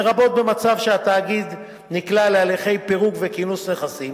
לרבות במצב שהתאגיד נקלע להליכי פירוק וכינוס נכסים,